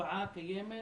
תופעה קיימת,